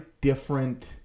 different